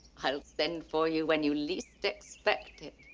i'll send for you when you least expect it.